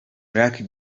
lucky